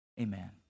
amen